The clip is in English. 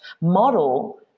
model